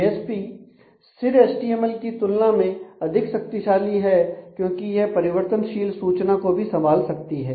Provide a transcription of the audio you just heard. JSP स्थिर HTML तुलना में अधिक शक्तिशाली है क्योंकि यह परिवर्तनशील सूचना को भी संभाल सकती हैं